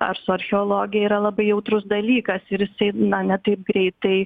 ar su archeologija yra labai jautrus dalykas ir jisai na ne taip greitai